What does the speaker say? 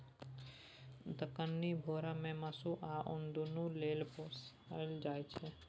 दक्कनी भेरा केँ मासु आ उन दुनु लेल पोसल जाइ छै